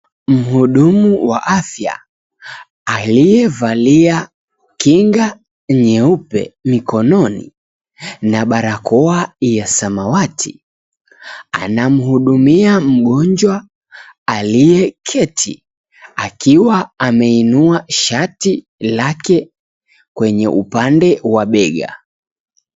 Mhudumu wa afya aliyevalia kinga nyeupe mikononi na barakoa ya samawati anamhudumia mgonjwa aliyeketi akiwa ameinua shati lake kwenye upande wa bega.